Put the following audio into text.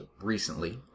recently